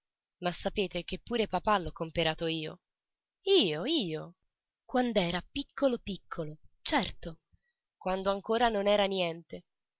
ma sapete che pure papà l'ho comperato io io io quand'era piccolo piccolo certo quando ancora non era niente